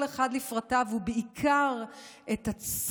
ותיאר כל אחד לפרטיו,